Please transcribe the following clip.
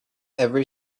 every